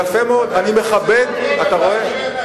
יפה מאוד, אני מכבד, אתה רואה.